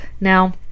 Now